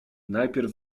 najpierw